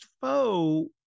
Foe